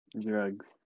Drugs